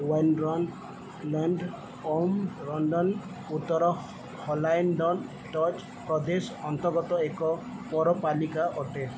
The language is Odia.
ୱର୍ମରନ୍ ଲ୍ୟାଣ୍ଡ ୱର୍ମରଣ୍ଡନ୍ ଉତ୍ତର ହଲାଣ୍ଡର ଡଚ୍ ପ୍ରଦେଶ ଅନ୍ତର୍ଗତ ଏକ ପୌରପାଳିକା ଅଟେ